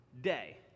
day